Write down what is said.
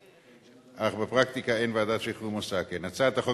אך בפרקטיקה אין ועדת השחרורים עושה כן.